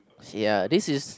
ya this is